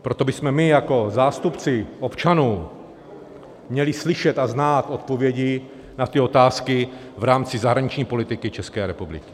Proto bychom my jako zástupci občanů měli slyšet a znát odpovědi na ty otázky v rámci zahraniční politiky České republiky.